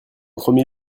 premier